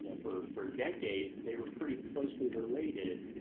you know for, for decades. they were pretty closely related,